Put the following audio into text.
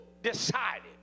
Decided